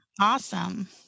Awesome